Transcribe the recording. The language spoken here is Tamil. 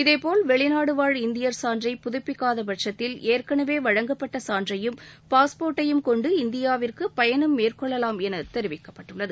இதேபோல் வெளிநாடு வாழ் இந்தியர் சான்றை புதுப்பிக்காத பட்சத்தில் ஏற்கனவே வழங்கப்பட்ட சான்றையும் பாஸ்போர்ட்டையும் கொண்டு இந்தியாவிற்கு பயணம் மேற்கொள்ளலாம் என தெரிவிக்கப்பட்டுள்ளது